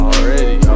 Already